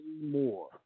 more